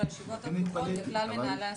הישיבות הפתוחות לכלל מנהלי הסיעות.